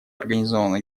организовано